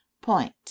point